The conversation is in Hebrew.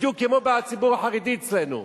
בדיוק כמו בציבור החרדי אצלנו,